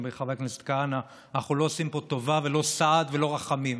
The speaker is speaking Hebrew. וחבר הכנסת כהנא: אנחנו לא עושים פה טובה ולא סעד ולא רחמים,